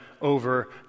Over